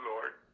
Lord